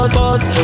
pause